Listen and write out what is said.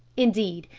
indeed,